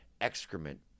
Excrement